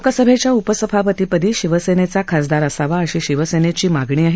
लोकसभेच्या उपसभापतीपदी शिवसेनेचा खासदार असावा अशी शिवसेनेची मागणी आहे